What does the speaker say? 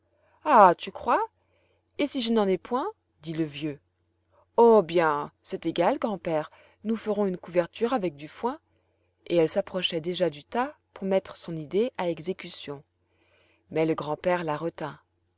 ah tu crois et si je n'en ai point dit le vieux oh bien c'est égal grand-père nous ferons une couverture avec du foin et elle s'approchait déjà du tas pour mettre son idée à exécution mais le grand-père la retint